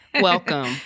Welcome